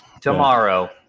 Tomorrow